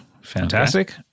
Fantastic